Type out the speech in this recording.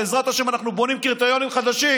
בעזרת השם, אנחנו בונים קריטריונים חדשים